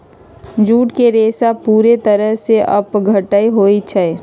jute के रेशा पूरे तरह से अपघट्य होई छई